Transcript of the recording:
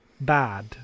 Bad